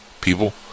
people